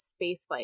spaceflight